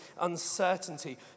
uncertainty